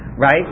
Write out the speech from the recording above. Right